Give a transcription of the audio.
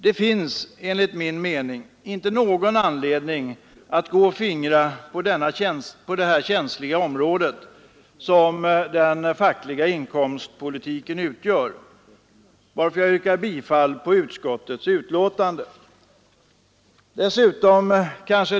Det finns enligt min mening inte någon anledning att fingra på det känsliga område som den fackliga inkomstpolitiken utgör, varför jag yrkar bifall till utskottets hemställan.